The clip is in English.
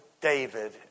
David